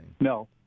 No